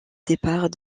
départ